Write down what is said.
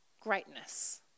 greatness